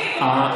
מיקי, אוה,